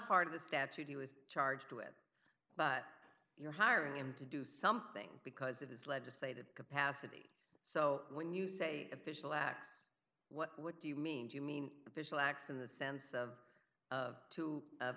of the statute he was charged with but you're hiring him to do something because of his legislative capacity so when you say official acts what do you mean do you mean official acts in the sense of two of